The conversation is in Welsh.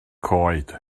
coed